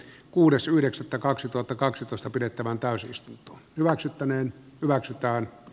kuudes yhdeksättä kaksituhattakaksitoista pidettävään täysistunto hyväksyttäneen hyväksytään d